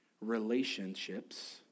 relationships